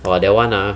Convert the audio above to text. !wah! that one ah